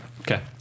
Okay